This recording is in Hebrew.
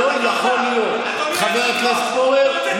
חבר הכנסת פורר,